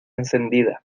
encendida